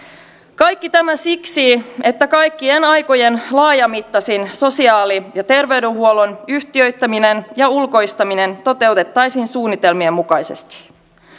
kaikki tämä siksi että kaikkien aikojen laajamittaisin sosiaali ja terveydenhuollon yhtiöittäminen ja ulkoistaminen toteutettaisiin suunnitelmien mukaisesti